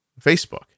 Facebook